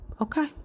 Okay